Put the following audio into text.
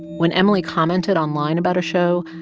when emily commented online about a show,